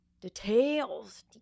Details